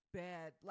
bad